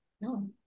No